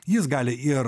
jis gali ir